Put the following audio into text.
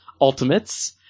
Ultimates